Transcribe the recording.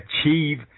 achieve